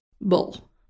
bull